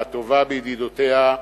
עם הטובה בידידותיה,